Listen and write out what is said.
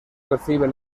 recibe